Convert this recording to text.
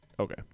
Okay